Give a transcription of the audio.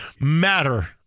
matter